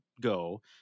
go